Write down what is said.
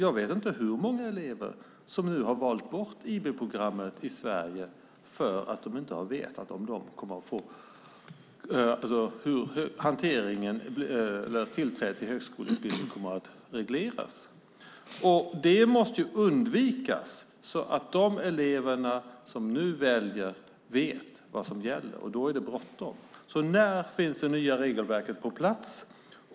Jag vet inte hur många elever som har valt bort IB-programmet i Sverige för att de inte har vetat hur tillträdet till högskoleutbildning kommer att regleras. Det måste undvikas, så att de elever som nu väljer vet vad som gäller. Och då är det bråttom. När finns det nya regelverket på plats?